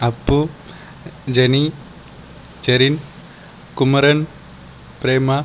Appu Jeni Shereen Kumaran Prema